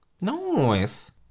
Nice